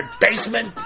baseman